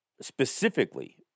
specifically